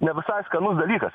ne visai skanus dalykas